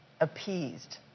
appeased